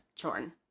Chorn